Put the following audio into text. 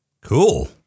Cool